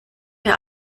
der